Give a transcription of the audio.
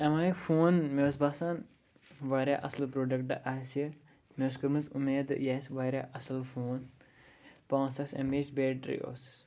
M I یُک phone مےٚ اوس باسان واریاہ اَصٕل پرٛوڈکٹ آسہِ مےٚ ٲس کٔرمٕژ اُمید یہِ آسہِ واریاہ اصل فون پانٛژھ ساس ایم ایچ بیٹرٛی ٲسٕس